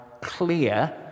clear